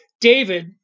David